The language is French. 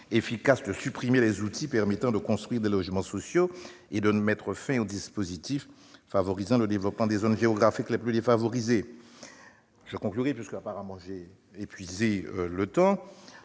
efficace de supprimer les outils permettant de construire des logements sociaux ou de mettre fin aux dispositifs favorisant le développement des zones géographiques les plus défavorisées ? Puisque j'ai épuisé mon temps